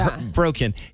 broken